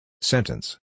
Sentence